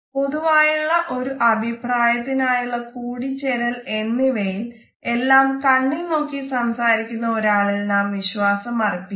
പൊതുവായുള്ള ഒരു അഭിപ്രായത്തിനായുള്ള കൂടിച്ചേരൽ എന്നിവയിൽ എല്ലാം കണ്ണിൽ നോക്കി സംസാരിക്കുന്ന ഒരാളിൽ നാം വിശ്വസം അർപ്പിക്കുന്നു